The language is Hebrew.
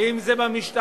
אם זה במשטרה,